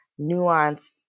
nuanced